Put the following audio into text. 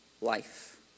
life